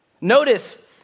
Notice